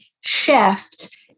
shift